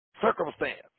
circumstance